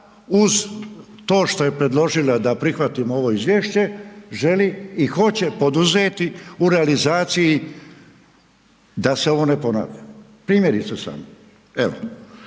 uz to što je predložila da prihvatimo ovo izvješće želi i hoće poduzeti u realizaciji da se ovo ne ponavlja? Primjerice sada, evo,